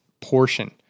portion